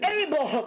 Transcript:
able